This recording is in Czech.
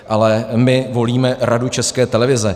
Ale my volíme Radu České televize.